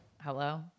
Hello